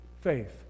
faith